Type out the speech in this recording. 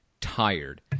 tired